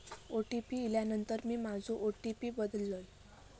OTP इल्यानंतर मी माझो ओ.टी.पी बदललय